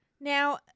Now